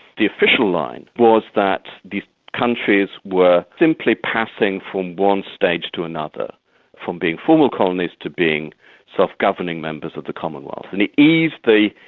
the official line was that the countries were simply passing from one stage to another from being formal colonies to being self-governing members of the commonwealth. and it eased the,